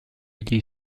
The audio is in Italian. gli